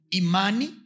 imani